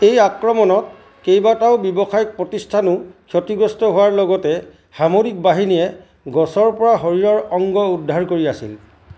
এই আক্ৰমণত কেইবাটাও ব্যৱসায়িক প্ৰতিষ্ঠানো ক্ষতিগ্ৰস্ত হোৱাৰ লগতে সামৰিক বাহিনীয়ে গছৰ পৰা শৰীৰৰ অংগ উদ্ধাৰ কৰি আছিল